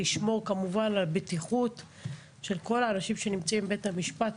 לשמור כמובן על בטיחות של כל האנשים שנמצאים בבית המשפט,